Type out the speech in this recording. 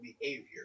behavior